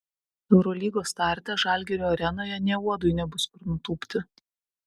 eurolygos starte žalgirio arenoje nė uodui nebus kur nutūpti